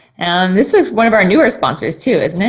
and this is one of our newer sponsors too, isn't it?